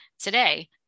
today